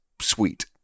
sweet